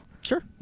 Sure